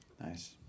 Nice